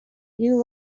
you